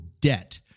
debt